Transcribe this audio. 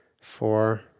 four